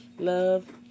Love